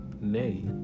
nay